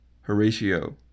Horatio